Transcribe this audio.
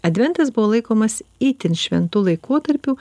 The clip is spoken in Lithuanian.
adventas buvo laikomas itin šventu laikotarpiu